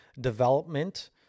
development